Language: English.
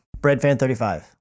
BreadFan35